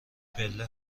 پله